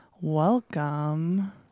welcome